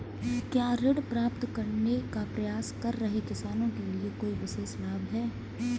क्या ऋण प्राप्त करने का प्रयास कर रहे किसानों के लिए कोई विशेष लाभ हैं?